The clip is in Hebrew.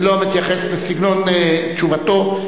אני לא מתייחס לסגנון תשובתו,